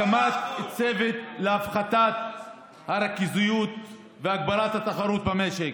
הקמת צוות להפחתת הריכוזיות והגברת התחרות במשק,